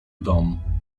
dom